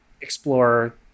explore